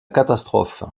catastrophe